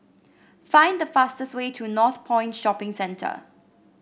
find the fastest way to Northpoint Shopping Center